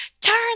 turn